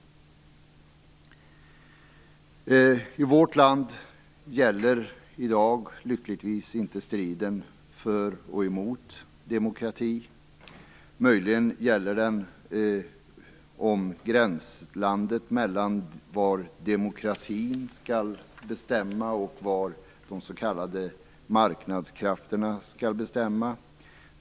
I vårt land gäller i dag lyckligtvis inte striden för eller emot demokrati. Möjligen gäller den gränslandet var demokratin skall bestämma och var marknadskrafterna skall bestämma.